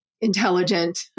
intelligent